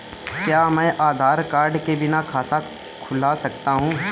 क्या मैं आधार कार्ड के बिना खाता खुला सकता हूं?